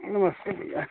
नमस्ते भैया